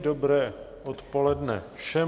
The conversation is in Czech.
Dobré odpoledne všem.